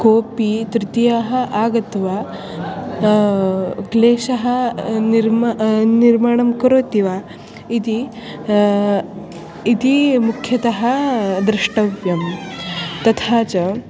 कोपि तृतीयः आगत्य क्लेशः निर्म निर्माणं करोति वा इति इति मुख्यतः द्रष्टव्यं तथा च